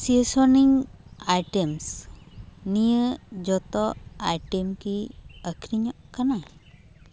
seasoning items ᱱᱤᱭᱟᱹ ᱡᱚᱛᱚ item ᱠᱤ ᱟᱠᱷᱟᱨᱤᱧᱚᱜ ᱠᱟᱱᱟ